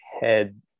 head